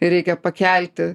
reikia pakelti